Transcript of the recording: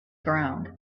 ground